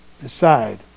decide